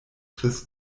chris